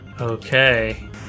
Okay